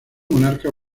monarca